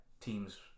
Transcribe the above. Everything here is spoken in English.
teams